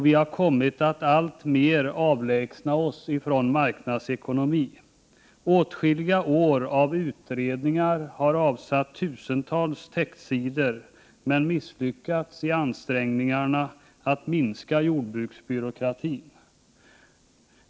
Vi har kommit att alltmer avlägsna oss från marknadsekonomi. Åtskilliga år av utredningar har avsatt tusentals textsidor men misslyckats i ansträngningarna att minska jordbruksbyråkratin.